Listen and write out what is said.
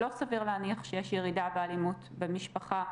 לא סביר להניח שיש ירידה באלימות במשפחה.